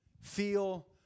feel